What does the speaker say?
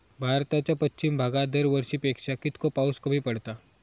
भारताच्या पश्चिम भागात दरवर्षी पेक्षा कीतको पाऊस कमी पडता?